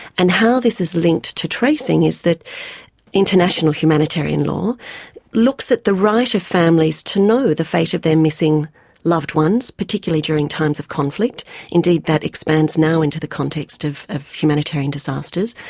and how this is linked to tracing is that international humanitarian law looks at the right of families to know the fate of their missing loved ones, particularly during times of conflict indeed that expands now into the context of of humanitarian disasters.